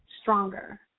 stronger